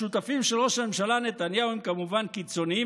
השותפים של ראש הממשלה נתניהו הם כמובן קיצוניים,